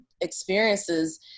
experiences